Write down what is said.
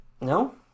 No